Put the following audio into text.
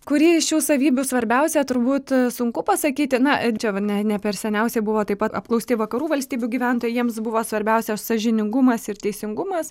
kuri iš šių savybių svarbiausia turbūt sunku pasakyti na čia va ne ne per seniausiai buvo taip pat apklausti vakarų valstybių gyventojai jiems buvo svarbiausia sąžiningumas ir teisingumas